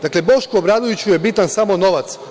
Dakle, Boško Obradoviću je bitan samo novac.